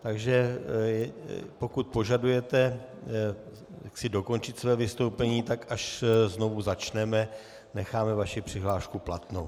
Takže pokud požadujete dokončit své vystoupení, tak až znovu začneme, necháme vaši přihlášku platnou.